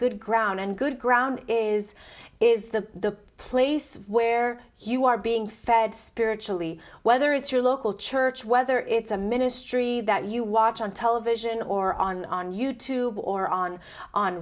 good ground and good ground is is the place where you are being fed spiritually whether it's your local church whether it's a ministry that you watch on television or on on you tube or on on